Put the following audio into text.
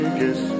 kiss